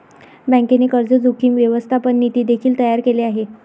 बँकेने कर्ज जोखीम व्यवस्थापन नीती देखील तयार केले आहे